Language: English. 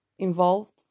involved